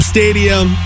Stadium